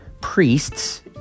priests